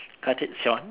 cut it Shaun